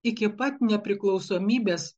iki pat nepriklausomybės